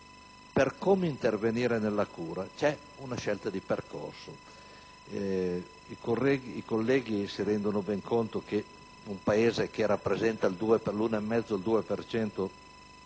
di come intervenire nella cura, c'è una scelta di percorso? I colleghi si renderanno ben conto che un Paese che rappresenta l'1,5 o il 2